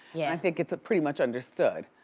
yeah i think it's pretty much understood.